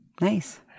Nice